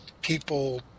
people